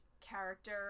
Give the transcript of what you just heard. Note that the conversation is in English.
character